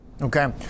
Okay